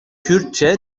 kürtçe